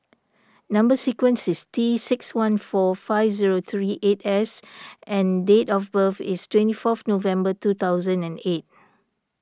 Number Sequence is T six one four five zero three eight S and date of birth is twenty fourth November twenty eight